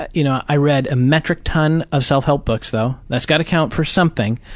but you know, i read a metric ton of self-help books, though. that's gotta count for something.